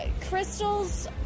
Crystals